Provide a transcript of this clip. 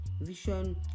vision